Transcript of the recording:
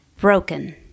Broken